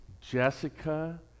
Jessica